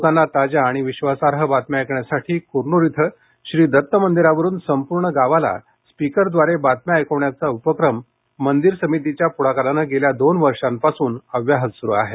लोकांना ताज्या आणि विश्वासार्ह बातम्या ऐकण्यासाठी कुरनूर इथं श्री दत्त मंदिरावरुन संपूर्ण गावाला स्पिकरद्वारे बातम्या ऐकवण्याचा उपक्रम मंदिर समितीच्या पुढाकारानं गेल्या दोन वर्षांपासून अव्याहत सुरु आहे